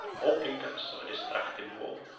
or pretence, of a destructive war.